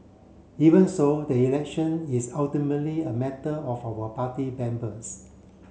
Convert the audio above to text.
even so the election is ultimately a matter of our party